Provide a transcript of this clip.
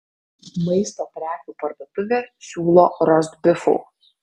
maisto prekių parduotuvė siūlo rostbifų